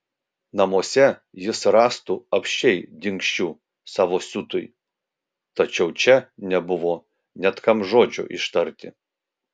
namuose jis rastų apsčiai dingsčių savo siutui tačiau čia nebuvo net kam žodžio ištarti